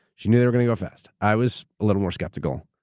she knew they're going to go fast. i was a little more skeptical.